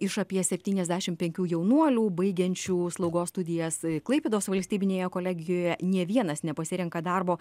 iš apie septyniasdešim penkių jaunuolių baigiančių slaugos studijas klaipėdos valstybinėje kolegijoje nė vienas nepasirenka darbo